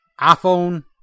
iPhone